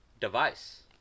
device